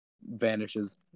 vanishes